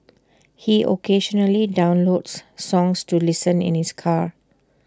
he occasionally downloads songs to listen in his car